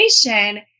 generation